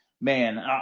man